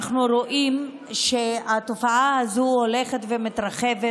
אנחנו רואים שהתופעה הזאת הולכת ומתרחבת.